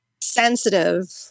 sensitive